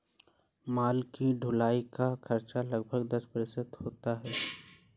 माल की ढुलाई का खर्च लगभग दस प्रतिशत होता है